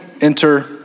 enter